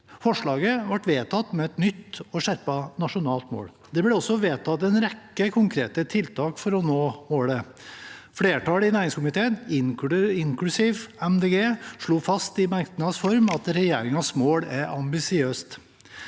Forslaget ble vedtatt med et nytt og skjerpet nasjonalt mål. Det ble også vedtatt en rekke konkrete tiltak for å nå målet. Flertallet i næringskomiteen, inklusive Miljøpartiet De Grønne, slo fast i merknads form at regjeringens mål er ambisiøst.